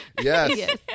Yes